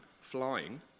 flying